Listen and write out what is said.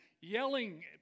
yelling